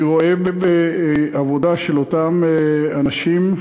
אני רואה בעבודה של אותם אנשים,